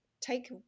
Take